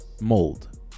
mold